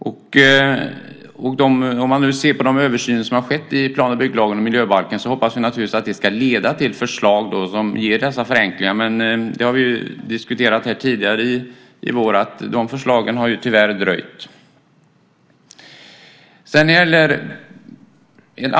Vi hoppas naturligtvis att de översyner som har skett i plan och bygglagen och miljöbalken ska leda till förslag som ger dessa förenklingar. De förslagen har tyvärr dröjt, något som vi har diskuterat här tidigare under våren.